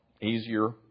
easier